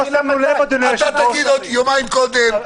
להציל את העסקים הקטנים מקריסה,